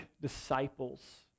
disciples